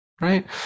right